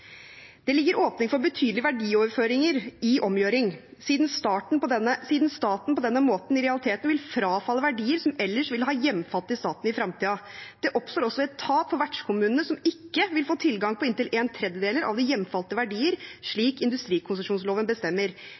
ligger åpning for betydelige verdioverføringer i omgjøring, siden staten på denne måten i realiteten vil frafalle verdier som ellers ville ha hjemfalt til staten i fremtiden. Det oppstår også et tap for vertskommunene som ikke vil få tilgang på inntil 1/3 av de hjemfalte verdier slik industrikonsesjonsloven bestemmer.